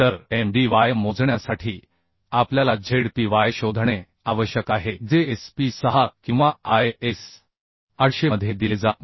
तर m d y मोजण्यासाठी आपल्याला z p y शोधणे आवश्यक आहे जे s p 6 किंवा I s 800 मध्ये दिले जात नाही